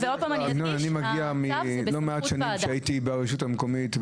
אני מגיע מלא מעט שנים שהייתי בהן ברשות מקומית.